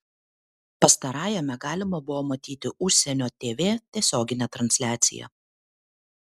pastarajame galima buvo matyti užsienio tv tiesioginę transliaciją